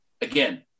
Again